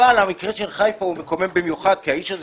המקרה של חיפה הוא מקומם במיוחד כי האיש הזה